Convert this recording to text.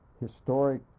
historic